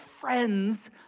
friends